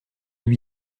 lui